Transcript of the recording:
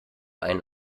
einen